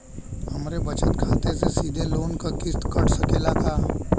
हमरे बचत खाते से सीधे लोन क किस्त कट सकेला का?